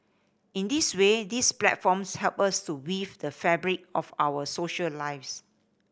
in this way these platforms help us to weave the fabric of our social lives